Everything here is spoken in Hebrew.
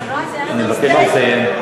יקרה זה אנדרסטייטמנט.